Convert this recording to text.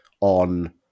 on